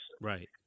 Right